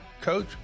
coach